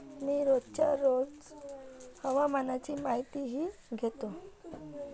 मी रोजच्या रोज हवामानाची माहितीही घेतो